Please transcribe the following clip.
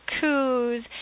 coos